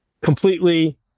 completely